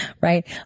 right